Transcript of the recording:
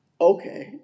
okay